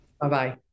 Bye-bye